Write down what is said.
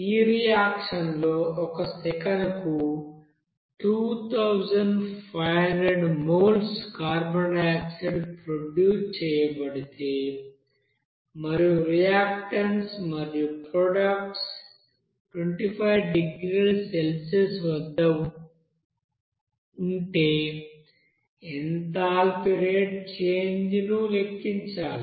ఈ రియాక్షన్ లో ఒక సెకనుకు 2500 మోల్స్ కార్బన్ డయాక్సైడ్ ప్రొడ్యూస్ చేయబడితే మరియు రియాక్టన్స్ మరియు ప్రొడక్ట్స్ 25 డిగ్రీల సెల్సియస్ వద్ద ఉంటే ఎంథాల్పీ చేంజ్ రేటును లెక్కించాలి